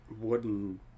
wooden